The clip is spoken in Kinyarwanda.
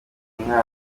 uyumwana